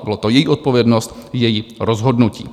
Byla to její odpovědnost, její rozhodnutí.